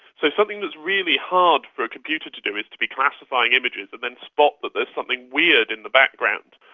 so something that's really hard for a computer to do is to be classifying images and then spot that there's something weird in the background,